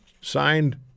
signed